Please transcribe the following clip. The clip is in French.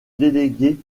délégué